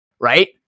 right